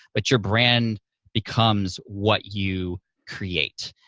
but your brand becomes what you create,